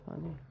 funny